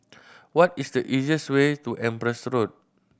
what is the easiest way to Empress Road